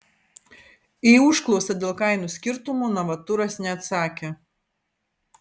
į užklausą dėl kainų skirtumų novaturas neatsakė